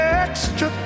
extra